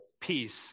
peace